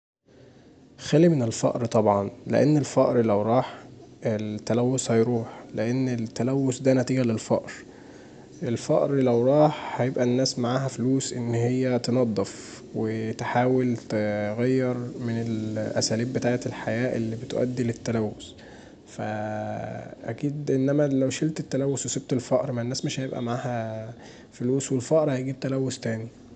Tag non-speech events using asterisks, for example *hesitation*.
خالي من الفقر طبعا، لان الفقر لو راح التلوث هيروح، لان التلوث دا نتيجه للفقر، الفقر لو راح الناس هيبقي معاها فلوس ان هي تنضف وتحاول تغير من الاساليب بتاعة الحياة اللي بتؤدي للتلوث *hesitation* فأكيد لو انا شيلت التلوث وسيبت الفقر فالناس مش هيبقي معاها فلرس والفقر هيجيب تلوث تاني.